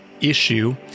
issue